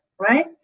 right